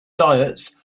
diets